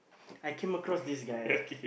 I came across this guy